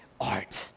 art